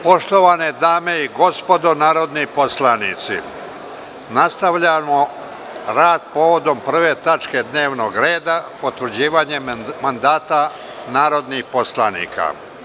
Poštovane dame i gospodo narodni poslanici, nastavljamo rad povodom 1. tačke dnevnog reda – Potvrđivanje mandata narodnih poslanika.